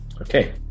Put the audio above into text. Okay